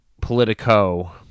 politico